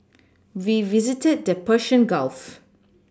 we visited the Persian Gulf